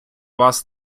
вас